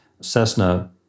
Cessna